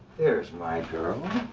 there's my girl